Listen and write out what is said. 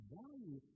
value